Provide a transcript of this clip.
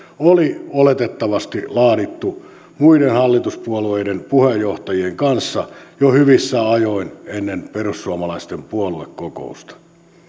oli oletettavasti laadittu muiden hallituspuolueiden puheenjohtajien kanssa jo hyvissä ajoin ennen perussuomalaisten puoluekokousta